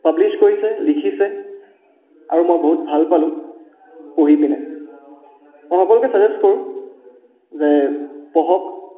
publish কৰিছে লিখিছে আৰু মই বহুত ভাল পালোঁ পঢ়ি পিনে মই সকলোকে ছাজেষ্ট কৰোঁ যে পঢ়ক